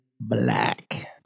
black